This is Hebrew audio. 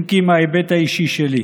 אם כי מההיבט האישי שלי.